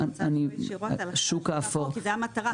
אני רוצה לשאול על השוק האפור, כי זו המטרה.